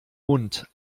mund